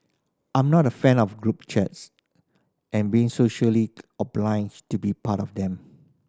I'm not a fan of group chats and being socially obliged to be part of them